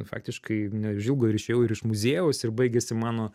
faktiškai neužilgo ir išėjau iš muziejaus ir baigėsi mano